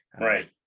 right